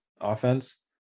offense